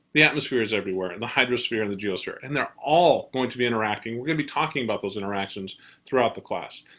the atmosphere is everywhere, and the hydrosphere and the geosphere. and they're all going to be interacting. we're going to be talking about those interactions throughout the class.